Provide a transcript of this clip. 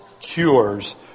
cures